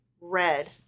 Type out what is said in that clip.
red